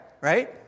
right